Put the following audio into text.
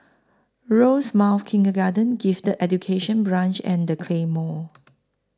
Rosemount Kindergarten Gifted Education Branch and The Claymore